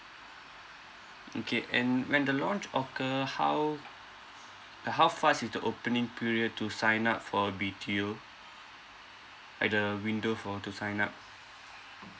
mm K and when the launch occur how like how fast is the opening period to sign up for a B_T_O like the window for to sign up